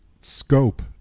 scope